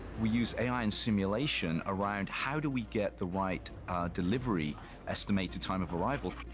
we use a i. in simulation around how do we get the right delivery estimated time of arrival?